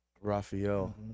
Raphael